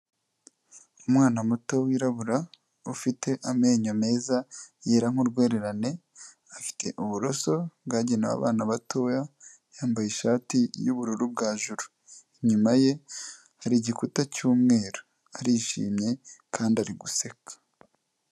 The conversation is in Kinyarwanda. Umwana muto wirabura, ufite amenyo meza yera nk'urwererane, afite uburoso bwagenewe abana batoya yambaye ishati y'ubururu bwa juru. Inyuma ye hari igikuta cy'umweru. Arishimye kandi ari guseka.